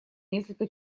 насколько